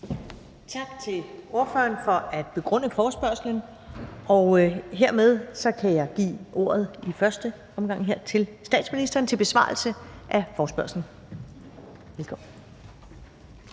Tak til ordføreren for at begrunde forespørgslen. Hermed kan jeg i første omgang give ordet til statsministeren til besvarelse af forespørgslen. Velkommen.